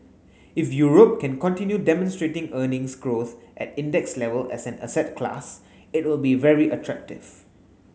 if Europe can continue demonstrating earnings growth at index level as an asset class it will be very attractive